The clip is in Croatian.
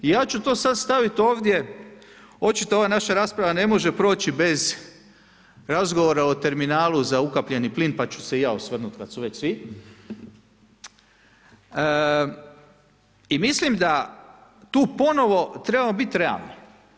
I ja ću to sada staviti ovdje očito ova naša rasprava ne može proći bez razgovora o terminalu za ukapljeni plin pa ću se i ja osvrnuti kada su već svi i mislim da tu ponovo trebamo biti realni.